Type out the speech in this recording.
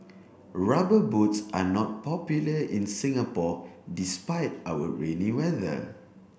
rubber boots are not popular in Singapore despite our rainy weather